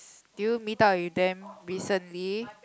did you meet up with them recently